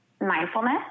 mindfulness